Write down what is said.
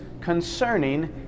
concerning